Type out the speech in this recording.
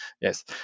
yes